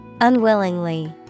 Unwillingly